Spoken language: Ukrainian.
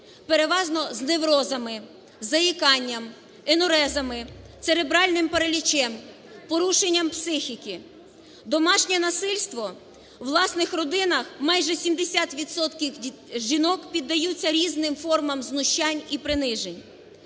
переважно з неврозами, заїканням, енурезами, церебральним паралічем, порушенням психіки. Домашнє насильство, у власних родинах майже 70 відсотків жінок піддаються різним формам знущань і принижень.